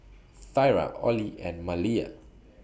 Thyra Ollie and Maleah